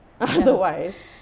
Otherwise